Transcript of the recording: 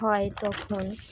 হয় তখন